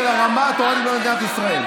של הרמה התורנית במדינת ישראל.